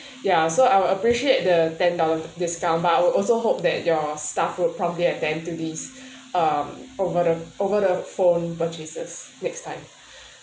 ya so I'll appreciate the ten dollars discount but I also hope that your staff could probably attend to this um over the over the phone purchases next time